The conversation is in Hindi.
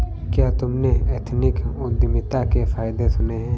क्या तुमने एथनिक उद्यमिता के फायदे सुने हैं?